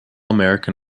american